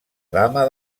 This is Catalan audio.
dama